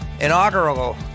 Inaugural